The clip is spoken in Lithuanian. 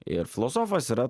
ir filosofas yra